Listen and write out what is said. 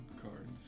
cards